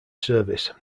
service